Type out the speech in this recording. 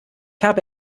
habe